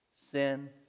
sin